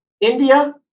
India